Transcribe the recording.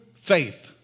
faith